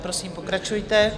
Prosím, pokračujte.